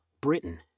Britain